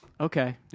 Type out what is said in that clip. Okay